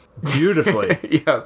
Beautifully